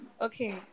Okay